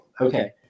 okay